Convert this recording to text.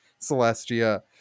Celestia